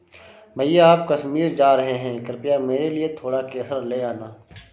भैया आप कश्मीर जा रहे हैं कृपया मेरे लिए थोड़ा केसर ले आना